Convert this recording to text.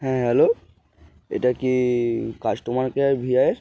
হ্যাঁ হ্যালো এটা কি কাস্টমার কেয়ার ভি আই